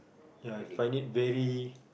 ya I find it very